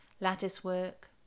Lattice-work